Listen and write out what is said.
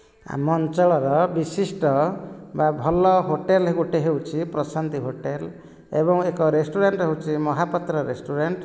ଆମ ଅଞ୍ଚଳର ବିଶିଷ୍ଟ ବା ଭଲ ହୋଟେଲ ଗୋଟେ ହେଉଛି ପ୍ରଶାନ୍ତି ହୋଟେଲ ଏବଂ ଏକ ରେଷ୍ଟୋରାଣ୍ଟ ହେଉଛି ମହାପାତ୍ର ରେଷ୍ଟୋରାଣ୍ଟ